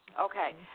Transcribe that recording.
Okay